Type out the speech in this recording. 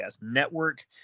Network